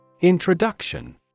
Introduction